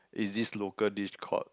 is this local dish called